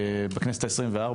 בכנסת ה-24,